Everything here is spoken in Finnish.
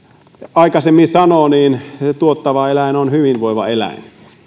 aikaisemmin sanoi tuottava eläin on hyvinvoiva eläin